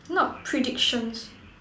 not predictions